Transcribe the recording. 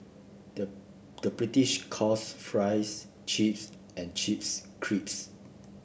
the British calls fries chips and chips crisps